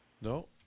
No